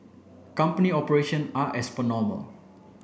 company operation are as per normal